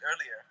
earlier